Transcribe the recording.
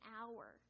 hour